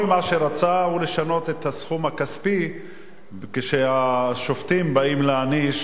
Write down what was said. כל מה שהוא רצה זה לשנות את הסכום הכספי כשהשופטים באים להעניש